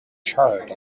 charred